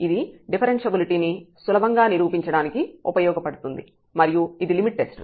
ఇది డిఫరెన్ష్యబిలిటీ ని సులభంగా నిరూపించడానికి ఉపయోగపడుతుంది మరియు ఇది లిమిట్ టెస్ట్